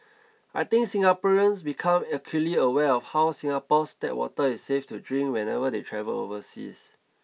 I think Singaporeans become acutely aware of how Singapore's tap water is safe to drink whenever they travel overseas